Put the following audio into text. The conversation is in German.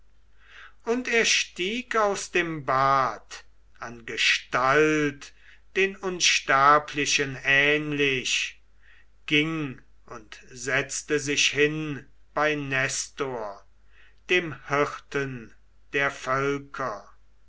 und er stieg aus dem bad an gestalt den unsterblichen ähnlich ging und setzte sich hin bei nestor dem hirten der völker